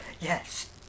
Yes